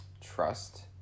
trust